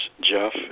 Jeff